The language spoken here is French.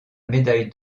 médaille